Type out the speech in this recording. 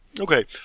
Okay